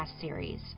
series